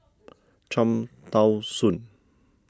Cham Tao Soon